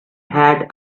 had